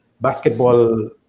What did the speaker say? basketball